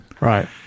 right